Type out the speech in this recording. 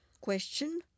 question